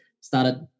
Started